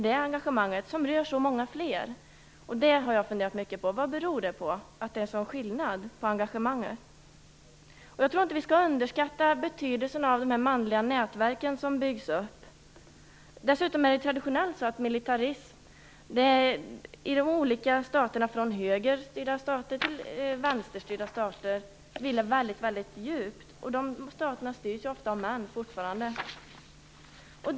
Det rör ju så många fler. Vad beror det på att det är sådan skillnad i engagemanget? Jag tror inte vi skall underskatta betydelsen av de manliga nätverk som byggs upp. Dessutom är det traditionellt så att militarismen sitter väldigt djupt i såväl högerstyrda som vänsterstyrda stater. De staterna styrs fortfarande ofta av män.